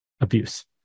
abuse